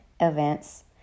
events